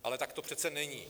Ale tak to přece není.